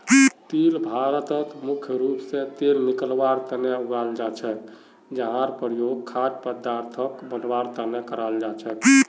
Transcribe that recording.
तिल भारतत मुख्य रूप स तेल निकलवार तना उगाल जा छेक जहार प्रयोग खाद्य पदार्थक बनवार तना कराल जा छेक